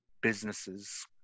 businesses